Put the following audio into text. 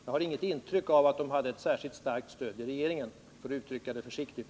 Jag har inget intryck av att de har ett särskilt starkt stöd i regeringen för dessa uttalanden, och då uttrycker jag mig försiktigt.